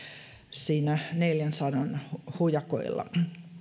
siinä neljänsadan hujakoilla